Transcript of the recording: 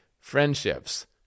friendships